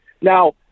Now